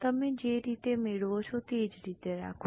તમે જે રીતે મેળવો છો તે જ રીતે રાખો